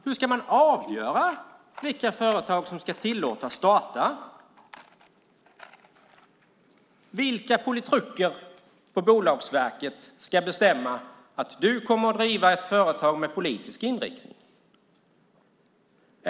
Hur ska man avgöra vilka företag som ska tillåtas att starta? Vilka politruker på Bolagsverket ska bestämma att någon kommer att driva ett företag med politisk inriktning?